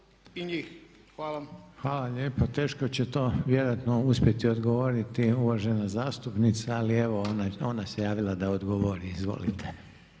Hvala.